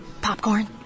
Popcorn